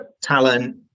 talent